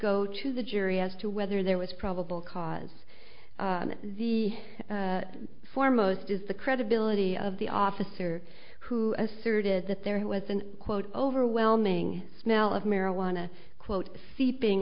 go to the jury as to whether there was probable cause and the foremost is the credibility of the officer who asserted that there has been quote overwhelming smell of marijuana quote seeping